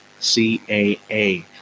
CAA